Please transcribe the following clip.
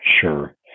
sure